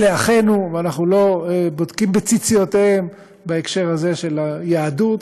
אלה אחינו ואנחנו לא בודקים בציציותיהם בהקשר הזה של היהדות,